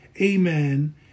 amen